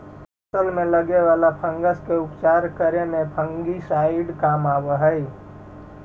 फसल में लगे वाला फंगस के उपचार करे में फंगिसाइड काम आवऽ हई